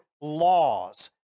laws